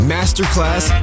Masterclass